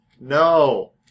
No